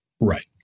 Right